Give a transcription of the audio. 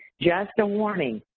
just a warning,